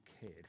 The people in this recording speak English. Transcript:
kid